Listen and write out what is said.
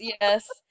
yes